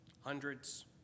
hundreds